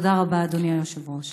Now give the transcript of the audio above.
תודה רבה, אדוני היושב-ראש.